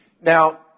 Now